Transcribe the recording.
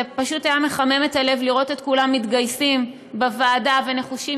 זה פשוט היה מחמם את הלב לראות את כולם מתגייסים בוועדה ונחושים